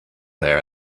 there